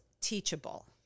teachable